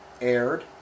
aired